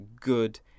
good